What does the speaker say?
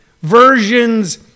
versions